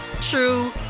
true